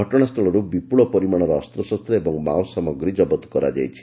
ଘଟଣାସ୍କଳରୁ ବିପୁଳ ପରିମାଣର ଅସ୍ତଶସ୍ତ ଏବଂ ମାଓ ସାମଗ୍ରୀ ଜବତ କରାଯାଇଛି